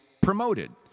promoted